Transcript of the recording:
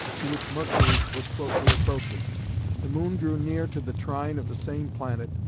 to which mercury was closely approaching the moon drew near to the trine of the same planet,